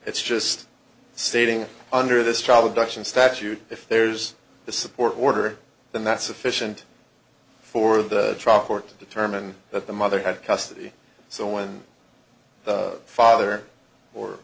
it's just stating under this child abduction statute if there's a support order then that's sufficient for the trial court to determine that the mother had custody so when the father or